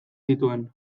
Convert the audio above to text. zituen